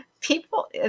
people